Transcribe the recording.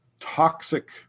toxic